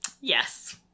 Yes